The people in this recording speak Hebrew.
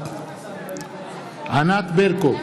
בעד ענת ברקו,